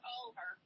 over